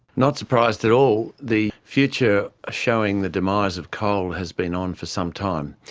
not surprised at all. the future showing the demise of coal has been on for some time.